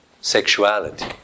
sexuality